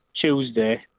Tuesday